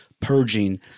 purging